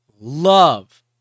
love